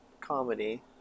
Comedy